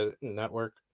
network